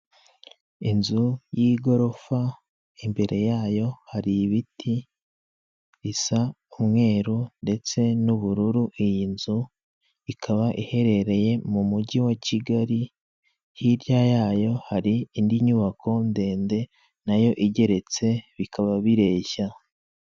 Inzu y'igorofa imbere yayo hari ibiti bisa umweru ndetse n'ubururu, iyi nzu ikaba iherereye mu mujyi wa Kigali hirya yayo hari indi nyubako ndende nayo igeretse bikaba bireshya.